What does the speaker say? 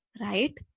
right